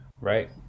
right